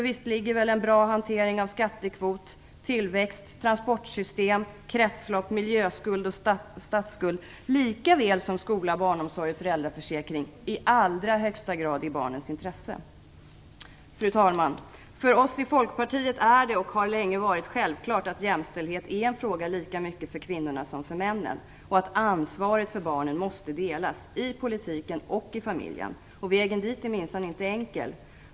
Visst ligger en bra hantering av skattekvoter, tillväxt, transportsystem, kretslopp, miljöskuld och statsskuld, lika väl som skola, barnomsorg och föräldraförsäkring, i allra högsta grad i barnens intresse. Fru talman! För oss i Folkpartiet är och har det länge varit självklart att jämställdhet är en fråga lika mycket för kvinnorna som för männen och att ansvaret för barnen måste delas, i politiken och i familjen. Vägen dit är minsann inte enkel.